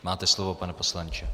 Máte slovo, pane poslanče.